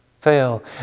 fail